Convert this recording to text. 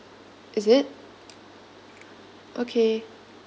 is it okay